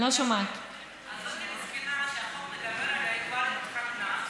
הזאת המסכנה שהחוק מדבר עליה, היא כבר התחתנה.